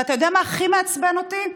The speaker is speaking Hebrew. ואתה יודע מה הכי מעצבן אותי?